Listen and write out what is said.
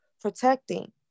protecting